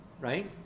right